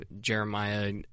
Jeremiah